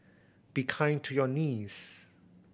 be kind to your knees